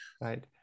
right